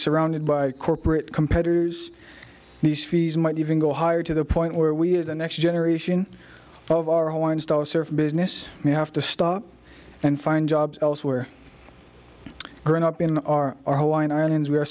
surrounded by corporate competitors these fees might even go higher to the point where we are the next generation of our hawaiian style service business we have to stop and find jobs elsewhere growing up in our our hawaiian islands we are